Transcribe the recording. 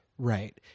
Right